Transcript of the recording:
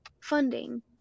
funding